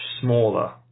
smaller